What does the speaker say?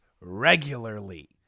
regularly